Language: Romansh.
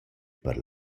per